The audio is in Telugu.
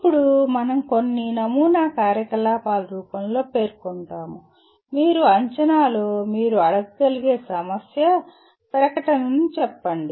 ఇప్పుడు మనం కొన్ని నమూనా కార్యకలాపాలు రూపంలో పేర్కొంటాము మీరు అంచనాలో మీరు అడగగలిగే సమస్య ప్రకటనను చెప్పండి